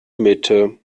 mitte